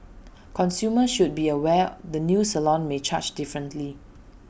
consumers should be aware the new salon may charge differently